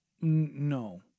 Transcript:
no